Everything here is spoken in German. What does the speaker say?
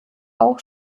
auch